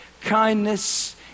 kindness